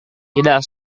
tidak